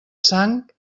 sang